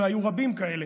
והיו רבים כאלה,